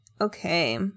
okay